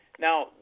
Now